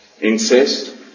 incest